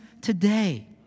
today